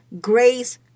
grace